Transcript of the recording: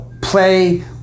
play